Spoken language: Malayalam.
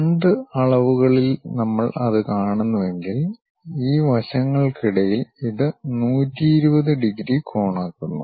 രണ്ട് അളവുകളിൽ നമ്മൾ അത് കാണുന്നുവെങ്കിൽ ഈ വശങ്ങൾക്കിടയിൽ ഇത് 120 ഡിഗ്രി കോണാക്കുന്നു